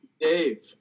Dave